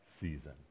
season